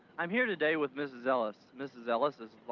i'm here today with mrs. ellis. mrs. ellis,